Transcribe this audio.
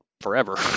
forever